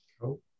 Cool